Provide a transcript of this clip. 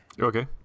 okay